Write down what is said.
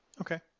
Okay